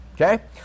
okay